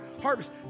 harvest